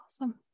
Awesome